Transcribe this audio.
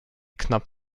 knapp